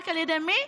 רק על ידי מי?